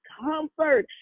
comfort